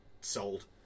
sold